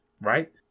right